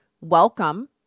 welcome